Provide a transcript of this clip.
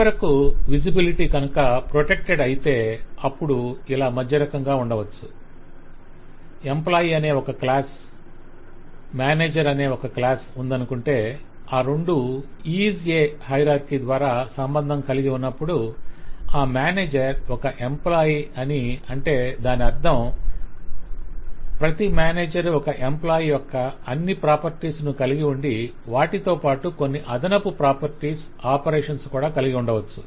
చివరకు విజిబిలిటీ కనుక ప్రొటెక్టెడ్ అయితే అప్పుడు ఇలా మధ్య రకంగా ఉండవచ్చు - ఎంప్లాయి అనే ఒక క్లాస్ మేనేజర్ అనే ఒక క్లాస్ ఉందనుకొంటే ఆ రెండూ 'IS A' హైరార్కీ ద్వారా సంబంధం కలిగి ఉన్నప్పుడు ఆ మేనేజర్ ఒక ఎంప్లాయి అని అంటే దాని అర్థం అంటే ప్రతి మేనేజర్ ఒక ఎంప్లాయి యొక్క అన్ని ప్రాపర్టీస్ ను కలిగి ఉండి వాటితోపాటు కొన్ని అదనపు ప్రాపర్టీస్ ఆపరేషన్స్ కూడా కలిగి ఉండవచ్చు